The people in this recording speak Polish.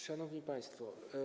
Szanowni Państwo!